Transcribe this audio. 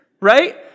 Right